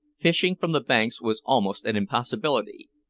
fishing from the banks was almost an impossibility,